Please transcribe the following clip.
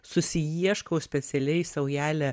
susiieškau specialiai saujelę